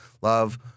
Love